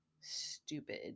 stupid